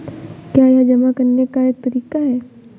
क्या यह जमा करने का एक तरीका है?